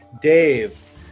Dave